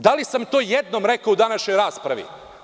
Da li sam to jednom rekao u današnjoj raspravi?